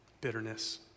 bitterness